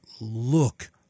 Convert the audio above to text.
look